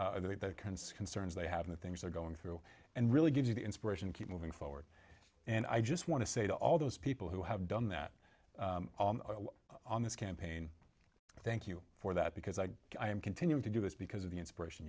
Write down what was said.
of concerns they have the things they're going through and really gives you the inspiration keep moving forward and i just want to say to all those people who have done that on this campaign i thank you for that because i am continuing to do this because of the inspiration